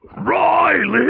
Riley